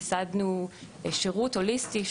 השגנו לפני שנה שירות הוליסטי,